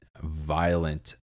violent